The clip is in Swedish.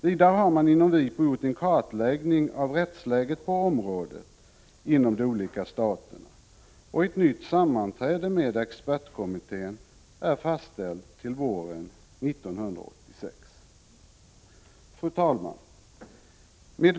Vidare har man inom WIPO gjort en kartläggning av rättsläget på området inom de olika staterna. Ett nytt sammanträde med expertkommittén är fastställt till våren 1986. Fru talman!